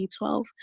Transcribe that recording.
B12